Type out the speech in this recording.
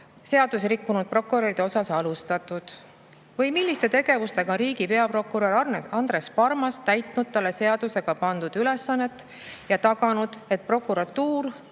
seadusi rikkunud prokuröride osas alustatud või milliste tegevustega on riigi peaprokurör Andres Parmas täitnud talle seadusega pandud ülesannet ja taganud, et prokuratuur